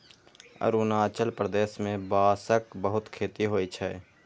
अरुणाचल प्रदेश मे बांसक बहुत खेती होइ छै